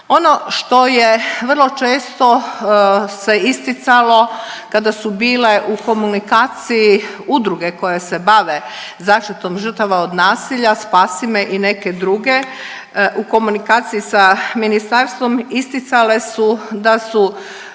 Ono što je vrlo često se isticalo kada su bile u komunikaciji udruge koje se bave zaštitom žrtava od nasilja „Spasi me“ i neke druge u komunikaciji sa ministarstvom isticale su da su